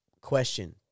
question